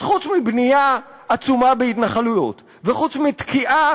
אז חוץ מבנייה עצומה בהתנחלויות וחוץ מתקיעה